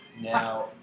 Now